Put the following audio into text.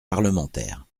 parlementaires